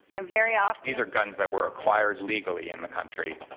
and very often these were guns that were acquired legally in the country.